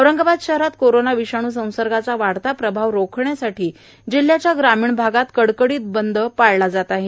औरंगाबाद शहरात कोरोना विषाणू संसर्गाचा वाढता प्रभाव रोखण्यासाठी जिल्ह्याच्या ग्रामीण भागात आज कडकडीत बंद पाळला जात आहे